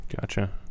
Gotcha